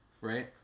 right